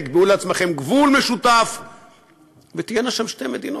תקבעו לעצמכם גבול משותף ותהיינה שם שתי מדינות.